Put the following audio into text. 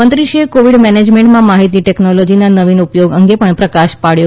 મંત્રીશ્રીએ કોવિડ મેનેજમેન્ટમાં માહિતી ટેકનોલોજીના નવીન ઉપયોગ અંગે પણ પ્રકાશ પાડ્યો